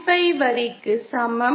5 வரிக்கு சமம்